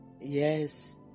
Yes